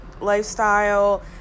lifestyle